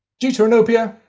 deuteranopia,